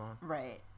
Right